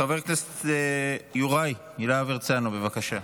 חבר הכנסת יוראי להב הרצנו, בבקשה.